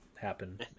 happen